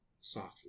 softly